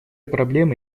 проблемы